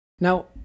now